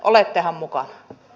olettehan mukana